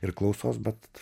ir klausos bet